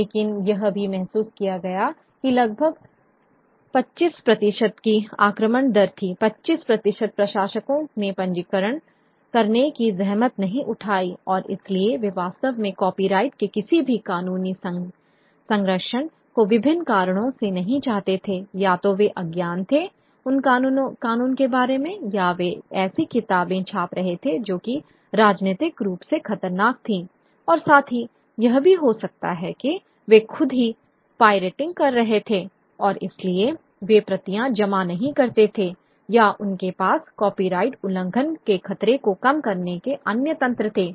लेकिन यह भी महसूस किया गया कि लगभग 25 प्रतिशत की आक्रमण दर थी 25 प्रतिशत प्रकाशकों ने पंजीकरण करने की जहमत नहीं उठाई और इसलिए वे वास्तव में कॉपीराइट के किसी भी कानूनी संरक्षण को विभिन्न कारणों से नहीं चाहते थे या तो वे अज्ञान थे उस कानून के बारे में या वे ऐसी किताबें छाप रहे थे जो कि राजनीतिक रूप से खतरनाक थीं और साथ ही यह भी हो सकता है कि वे खुद ही पायरेटिंग कर रहे थे और इसलिए वे प्रतियां जमा नहीं करते थे या उनके पास कॉपीराइट उल्लंघन के खतरे को कम करने के अन्य तंत्र थे